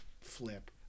flip